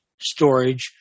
storage